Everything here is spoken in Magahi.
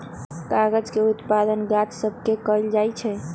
कागज के उत्पादन गाछ सभ से कएल जाइ छइ